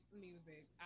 music